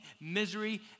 misery